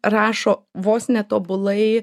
rašo vos ne tobulai